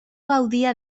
gaudia